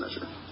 measure